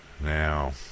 Now